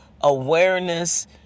awareness